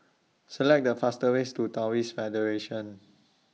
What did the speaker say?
Select The fast ways to Taoist Federation